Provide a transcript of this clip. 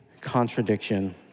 contradiction